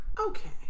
okay